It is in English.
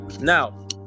Now